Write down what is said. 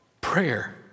Prayer